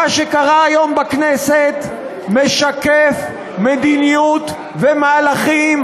מה שקרה היום בכנסת משקף מדיניות ומהלכים,